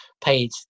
paid